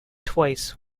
twice